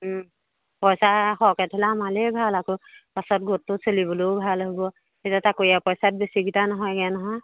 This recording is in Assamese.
পইচা সৰহকৈ উঠালে আমালেই ভাল আকৌ পাছত গোটটো চলিবলৈও ভাল হ'ব সেইকেইটা তাকৰীয়া পইচাত বেছিকেইটা নহয়গৈ নহয়